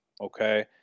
Okay